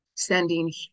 sending